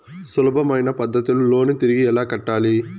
సులభమైన పద్ధతిలో లోను తిరిగి ఎలా కట్టాలి